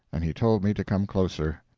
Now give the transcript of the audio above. and he told me to come closer.